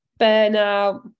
burnout